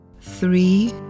three